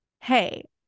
hey